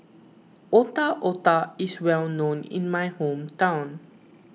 Otak Otak is well known in my hometown